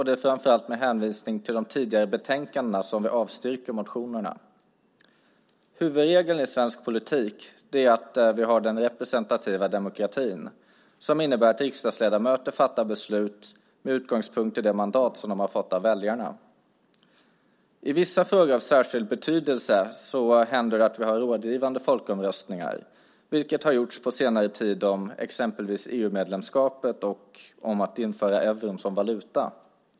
Det är framför allt med hänvisning till de tidigare betänkandena som vi avstyrker motionerna. Huvudregeln i svensk politik är att vi har en representativ demokrati, vilket innebär att riksdagsledamöter fattar beslut med utgångspunkt i de mandat de fått av väljarna. I vissa frågor av särskild betydelse händer det att vi har rådgivande folkomröstningar. Det har på senare tid till exempel gällt EU-medlemskapet och införandet av euron som valuta.